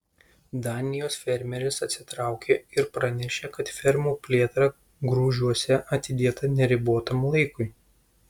danijos fermeris atsitraukė ir pranešė kad fermų plėtra grūžiuose atidėta neribotam laikui